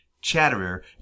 Chatterer